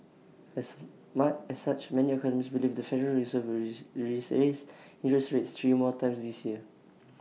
as such many economists believe the federal reserve will raise interest rates three more times this year